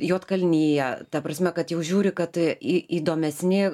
juodkalnija ta prasme kad jau žiūri kad į įdomesni